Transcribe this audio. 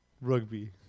Rugby